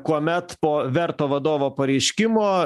kuomet po verto vadovo pareiškimo